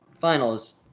finals